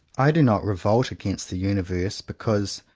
i do not revolt against the universe because,